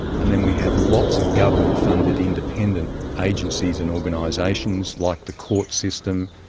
and then we have lots of government funded independent agencies and organisations like the court system,